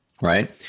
right